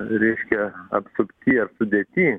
reiškia apsupty ar sudėty